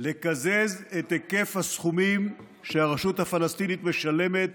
את היקף הסכומים שהרשות הפלסטינית משלמת